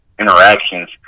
interactions